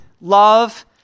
love